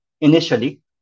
initially